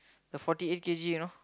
the forty eight K_G you know